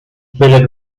byle